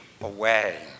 away